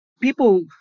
People